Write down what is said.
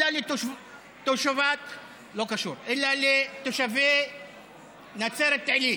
אלא לתושבי נצרת עילית.